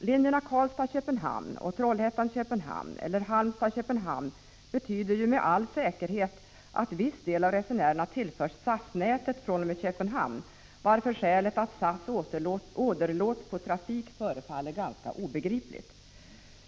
Linjerna Karlstad-Köpenhamn, Trollhättan-Köpenhamn eller Halmstad-Köpenhamn betyder med all säkerhet att viss del av resenärerna tillförs SAS-nätet från Köpenhamn, varför motivet att SAS skulle åderlåtas på trafik förefaller ganska obegripligt.